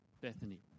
Bethany